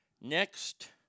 next